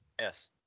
Yes